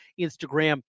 Instagram